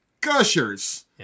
gushers